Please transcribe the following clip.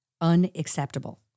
Unacceptable